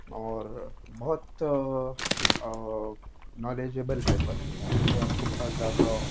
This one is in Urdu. اور بہت نالجیبل پیپر ہوتا ہے جو آپ کو بہت زیادہ